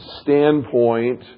standpoint